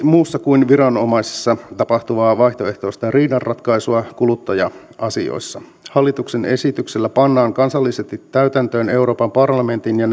muussa kuin viranomaisessa tapahtuvaa vaihtoehtoista riidanratkaisua kuluttaja asioissa hallituksen esityksellä pannaan kansallisesti täytäntöön euroopan parlamentin ja